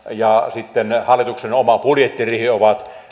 sitten hallituksen oma budjettiriihi ovat